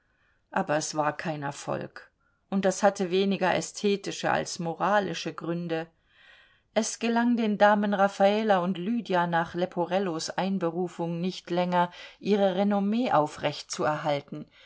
aber es war kein erfolg und das hatte weniger ästhetische als moralische gründe es gelang den damen raffala und lydia nach leporellos einberufung nicht länger ihre renommee aufrechtzuerhalten die